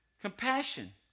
Compassion